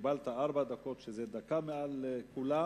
קיבלת ארבע דקות, שזה דקה מעל כולם.